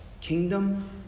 kingdom